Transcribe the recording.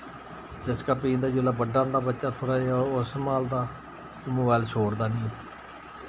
चस्का पेई जंदा जुस्लै बड्डा होंदा बच्चा थोह्ड़ा देआ होश संभालदा मोबाइल छोड़दा निं